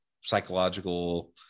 psychological